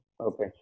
Okay